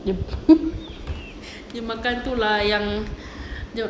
dia makan tu lah yang dia